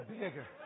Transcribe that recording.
bigger